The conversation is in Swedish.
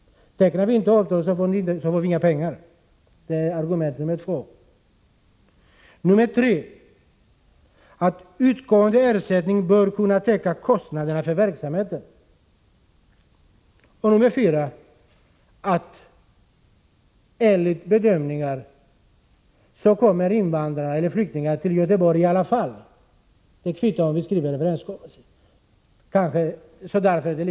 Kommunens resonemang är alltså: Tecknar vi inte avtal, får vi inga pengar. Det tredje argumentet är att utgående ersättning bör kunna täcka kostnaderna för verksamheten. Det fjärde argumentet är att man bedömer att flyktingar kommer till Göteborg, oavsett om man tecknar en överenskommelse eller ej. Därför är det kanske lika bra att man gör det.